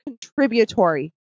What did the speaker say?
contributory